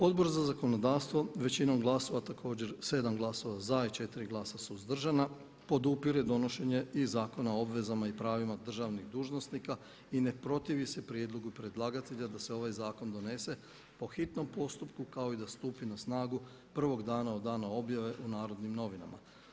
Odbor za zakonodavstvo većinom glasova također 7 glasova za i 4 glasa suzdržana podupire donošenje i Zakona o obvezama i pravima državnih dužnosnika i ne protivi se prijedlogu predlagatelja da se ovaj zakon donese po hitnom postupku kao i da stupi na snagu prvog dana od dana objave u „Narodnim novinama“